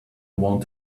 want